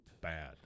bad